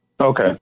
Okay